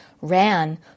ran